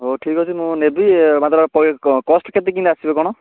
ହଉ ଠିକ୍ ଅଛି ମୁଁ ନେବି ମାତ୍ର କଷ୍ଟ୍ କେତେ କିନ୍ତି ଆସିବ କଣ